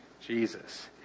Jesus